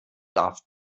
darf